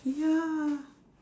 ya